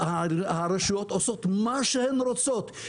הרשויות עושות מה שהן רוצות.